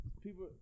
People